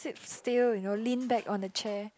still you know lean back on the chair